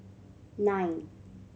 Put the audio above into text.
nine